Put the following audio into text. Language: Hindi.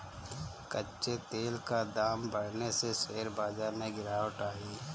कच्चे तेल का दाम बढ़ने से शेयर बाजार में गिरावट आई